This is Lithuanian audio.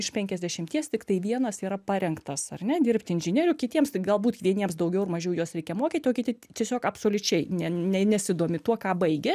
iš penkiasdešimties tiktai vienas yra parengtas ar ne dirbti inžinieriu kitiems tai galbūt vieniems daugiau ar mažiau juos reikia mokyti o kiti tiesiog absoliučiai ne ne nesidomi tuo ką baigė